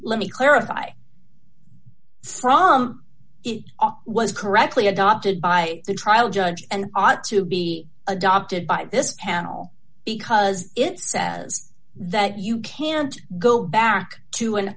let me clarify from it was correctly adopted by the trial judge and ought to be adopted by this panel because it says that you can't go back to an